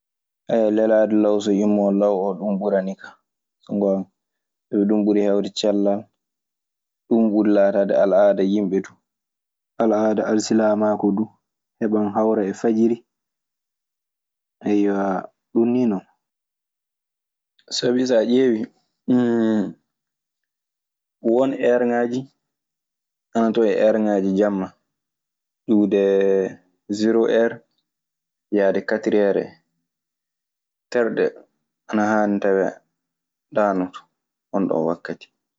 lelaade law so immoo law oo, ɗun ɓuranikan, so ngoonga. Sabi ɗun ɓuri heewde cellal. Ɗun ɓuri laataade al aada yimɓe duu. Al aada alsilamaaku du heɓan hawra e fajiri. ɗun nii non. Sabi saa ƴewii, won eerŋaaji ana ton e eerŋaaji jamma ,iwde seroo eer yaade katriyeer en, terɗe ana haani tawee ɗaanoto onɗon wakkati.